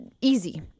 easy